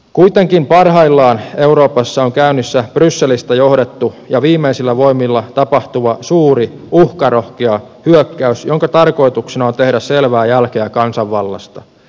kuitenkin parhaillaan euroopassa on käynnissä brysselistä johdettu ja viimeisillä voimilla tapahtuva suuri uhkarohkea hyökkäys jonka tarkoituksena on tehdä selvää jälkeä kansanvallasta